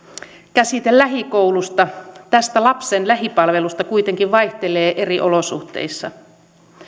käsitys lähikoulusta tästä lapsen lähipalvelusta kuitenkin vaihtelee eri olosuhteissa